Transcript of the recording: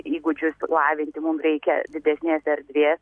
įgūdžius lavinti mum reikia didesnės erdvės